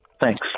Thanks